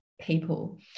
people